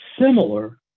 similar